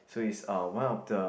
so it's uh one of the